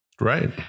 right